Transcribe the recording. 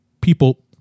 people